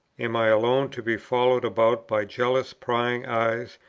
am i alone to be followed about by jealous prying eyes,